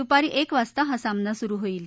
दुपारी एक वाजता हा सामना होईल